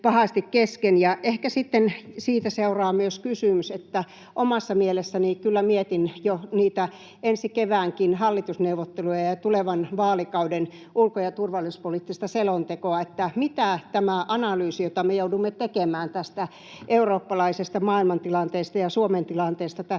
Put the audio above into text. pahasti kesken. Ehkä sitten siitä seuraa myös kysymys — omassa mielessäni kyllä mietin jo niitä ensi keväänkin hallitusneuvotteluja ja tulevan vaalikauden ulko- ja turvallisuuspoliittista selontekoa — mitä tämä analyysi, jota me joudumme tekemään tästä eurooppalaisesta maailmantilanteesta ja Suomen tilanteesta tässä